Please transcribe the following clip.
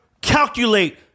calculate